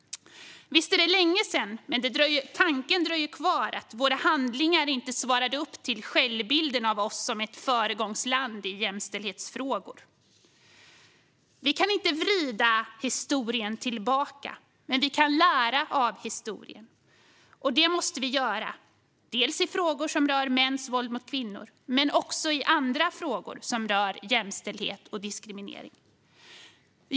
Visst är det länge sedan, men tanken dröjer kvar att våra handlingar inte svarade upp till självbilden av oss som ett föregångsland i jämställdhetsfrågor. Vi kan inte vrida historien tillbaka. Men vi kan lära av historien, och det måste vi göra i frågor som rör mäns våld mot kvinnor men också i andra frågor som rör jämställdhet och diskriminering.